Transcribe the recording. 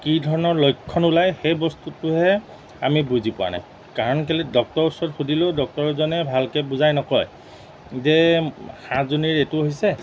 কি ধৰণৰ লক্ষণ ওলায় সেই বস্তুটোহে আমি বুজি পোৱা নাই কাৰণ কেলে ডক্তৰ ওচৰত সুধিলেও ডক্টৰজনে ভালকৈ বুজাই নকয় যে হাঁহজনীৰ এইটো হৈছে